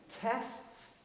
tests